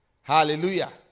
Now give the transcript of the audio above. Hallelujah